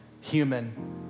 human